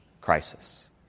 crisis